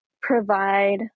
provide